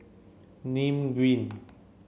Nim Green